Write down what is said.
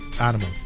animal